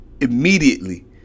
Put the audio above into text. immediately